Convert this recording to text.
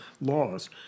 laws